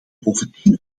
bovendien